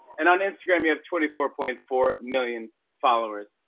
and on instagram, you have twenty four point four million followers.